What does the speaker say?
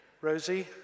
Rosie